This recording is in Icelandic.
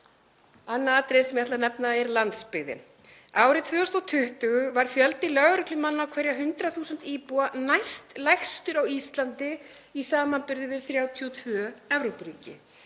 Annað atriðið sem ég ætla að nefna er landsbyggðin. Árið 2020 var fjöldi lögreglumanna á hverja 100.000 íbúa næstlægstur á Íslandi í samanburði við 32 Evrópuríki.